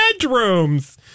bedrooms